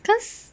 cause